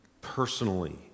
personally